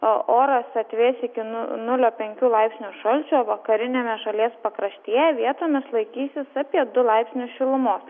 oras atvės iki nulio penkių laipsnių šalčio vakariniame šalies pakraštyje vietomis laikysis apie du laipsnius šilumos